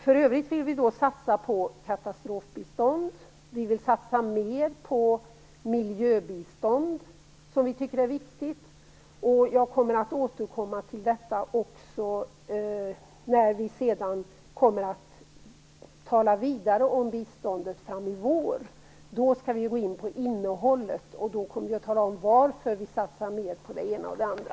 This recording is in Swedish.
För övrigt vill vi satsa på katastrofbistånd och mer på miljöbistånd, som vi tycker är viktigt. Jag återkommer till detta när vi sedan talar vidare om biståndet fram i vår. Då skall vi gå in på innehållet, och jag kommer då att tala om varför vi satsar mer på det ena och det andra.